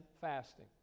fasting